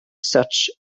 such